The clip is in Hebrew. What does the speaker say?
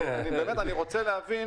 אני רוצה להבין.